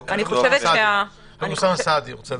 אחרי אוסאמה סעדי.